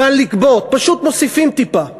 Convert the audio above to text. קל לגבות, פשוט מוסיפים טיפה.